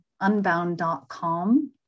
unbound.com